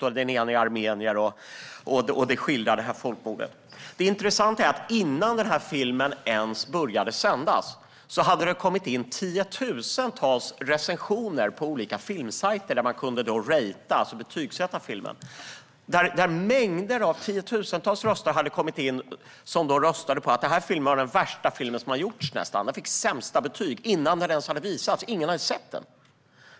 Den ena i paret är armenier, och filmen skildrar folkmordet. Innan filmen ens började visas hade det kommit in tiotusentals recensioner på olika filmsajter där man kunde betygsätta filmen. Det var många som röstade för att detta var den värsta film som hade gjorts. Den fick sämsta betyg innan den ens hade visats. Ingen hade sett den.